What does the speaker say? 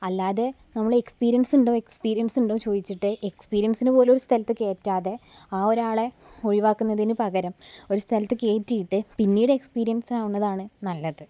അല്ലാതെ നമ്മള് എക്സ്പീരിയൻസ്ണ്ടോ എക്സ്പീരിയൻസ്ണ്ടോ എന്ന് ചോദിച്ചിട്ട് എക്സ്പീരിയൻസിന് പോലും ഒരു സ്ഥലത്ത് കയറ്റാതെ ആ ഒരാളെ ഒഴിവാക്കുന്നതിന് പകരം ഒരു സ്ഥലത്ത് കയറ്റിയിട്ട് പിന്നീട് എക്സ്പീരിയൻസ് ആവുന്നതാണ് നല്ലത്